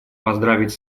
поздравить